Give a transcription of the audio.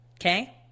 okay